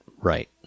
right